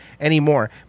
Anymore